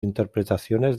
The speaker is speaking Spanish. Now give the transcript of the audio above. interpretaciones